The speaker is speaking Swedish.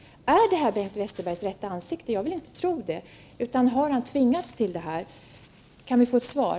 Är detta Bengt Westerbergs rätta ansikte? Jag vill inte tro det, och jag undrar om han har tvingats till detta. Jag vill ha ett svar.